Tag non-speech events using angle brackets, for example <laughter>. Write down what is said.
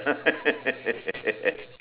<laughs>